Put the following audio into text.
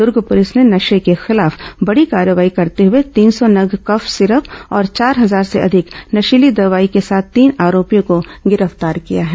दुर्ग police ने नशे के खिलाफ बड़ी कार्रवाई करते हुए तीन सौ नग कफ सीरप और चार हजार से अधिक नशीली दवाई के साथ तीन आरोपियों को गिरफ्तार किया है